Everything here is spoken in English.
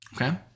Okay